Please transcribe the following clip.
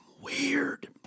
weird